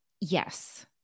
Yes